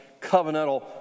covenantal